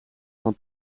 van